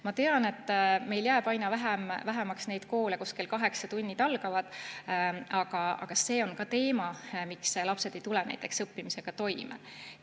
Ma tean, et meil jääb aina vähemaks neid koole, kus tunnid algavad kell kaheksa. Aga see on ka teema, miks lapsed ei tule näiteks õppimisega toime.